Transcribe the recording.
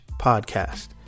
podcast